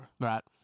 Right